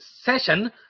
session